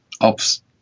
Ops